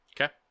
Okay